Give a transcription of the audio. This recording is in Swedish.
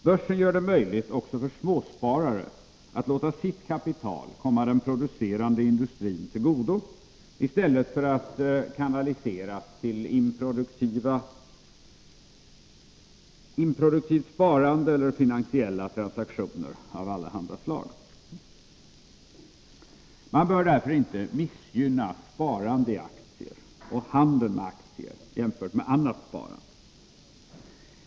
Börsen gör det möjligt också för småsparare att låta sitt kapital komma den producerande industrin till godo, i stället för att kanaliseras till improduktivt sparande eller finansiella transaktioner av allehanda slag. Man bör därför inte missgynna sparande i aktier eller handel med aktier i förhållande till annat sparande.